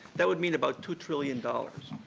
that would mean about two trillion dollars,